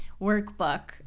workbook